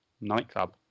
nightclub